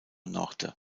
norte